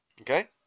Okay